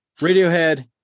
Radiohead